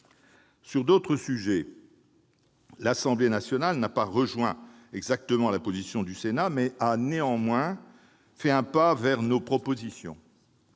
Sur d'autres sujets, l'Assemblée nationale n'a pas rejoint la position du Sénat, mais a fait un pas vers nos propositions.